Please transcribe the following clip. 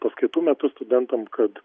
paskaitų metu studentam kad